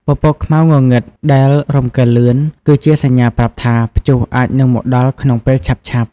ពពកខ្មៅងងឹតដែលរំកិលលឿន គឺជាសញ្ញាប្រាប់ថា ព្យុះអាចនឹងមកដល់ក្នុងពេលឆាប់ៗ។